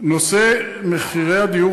נושא מחירי הדיור